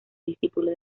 discípulo